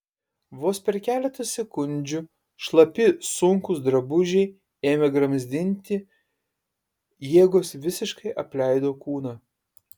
vos per keletą sekundžių šlapi sunkūs drabužiai ėmė gramzdinti jėgos visiškai apleido kūną